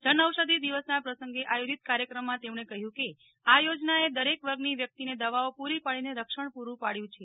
જનઔષધિ દિવસના પ્રસંગે આયોજીત કાર્યક્રમમાં તેમણે કહ્યું કે આ યોજનાએ દરેક વર્ગની વ્યક્તિને દવાઓ પૂરી પાડીને રક્ષણ પુરૂં પાડ્યું છે